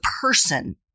person